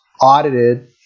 audited